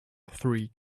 three